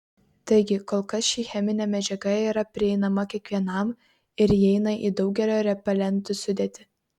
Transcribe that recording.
taigi kol kas ši cheminė medžiaga yra prieinama kiekvienam ir įeina į daugelio repelentų sudėtį